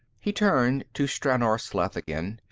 he turned to stranor sleth again.